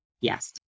yes